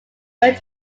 earned